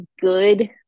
good